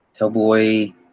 Hellboy